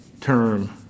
term